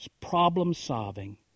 problem-solving